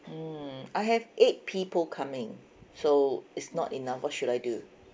mm I have eight people coming so it's not enough what should I do